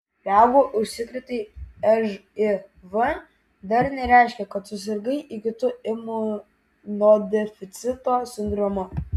jeigu užsikrėtei živ dar nereiškia kad susirgai įgytu imunodeficito sindromu